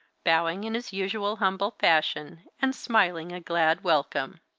bowing in his usual humble fashion, and smiling a glad welcome.